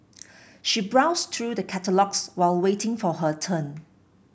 she browsed through the catalogues while waiting for her turn